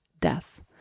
death